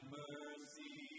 mercy